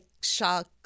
shock